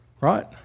right